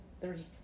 three